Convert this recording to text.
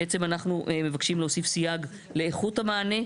בעצם אנחנו מבקשים להוסיף סייג לאיכות המענה,